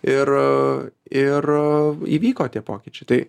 ir ir įvyko tie pokyčiai tai